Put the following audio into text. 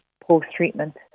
post-treatment